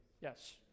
Yes